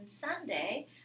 Sunday